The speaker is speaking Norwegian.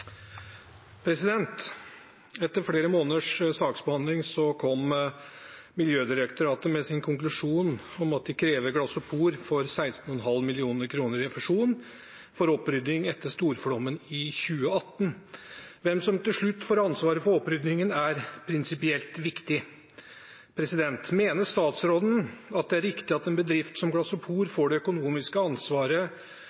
flere måneders saksbehandling kom Miljødirektoratet med sin konklusjon om at de krever Glasopor for 16,5 millioner kroner i refusjon for opprydding etter storflommen i 2018. Hvem som til slutt får ansvaret for oppryddingen er prinsipielt viktig. Mener statsråden det er riktig at en bedrift som